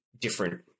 different